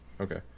Okay